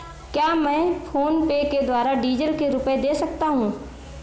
क्या मैं फोनपे के द्वारा डीज़ल के रुपए दे सकता हूं?